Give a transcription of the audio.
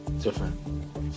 different